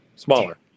Smaller